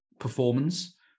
performance